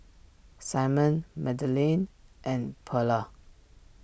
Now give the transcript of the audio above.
Simon Madeleine and Pearla